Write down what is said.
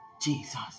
Jesus